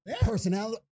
personality